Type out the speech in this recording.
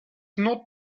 not